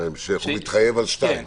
הוא מתחייב על שתיים.